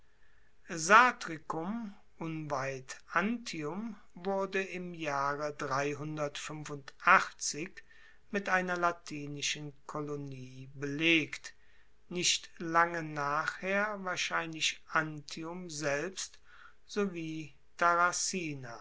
satricum unweit antium wurde im jahre mit einer latinischen kolonie belegt nicht lange nachher wahrscheinlich antium selbst sowie